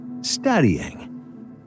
studying